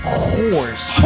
horse